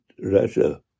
Russia